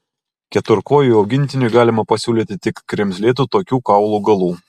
keturkojui augintiniui galima pasiūlyti tik kremzlėtų tokių kaulų galų